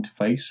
interface